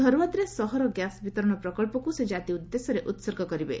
ଧରୱାଦରେ ସହର ଗ୍ୟାସ ବିତରଣ ପ୍ରକଳ୍ପକୁ ସେ ଜାତି ଉଦ୍ଦେଶ୍ୟ ରେ ଉତ୍ସର୍ଗ କରିବେ